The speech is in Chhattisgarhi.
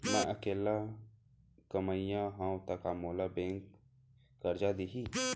मैं अकेल्ला कमईया हव त का मोल बैंक करजा दिही?